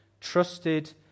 trusted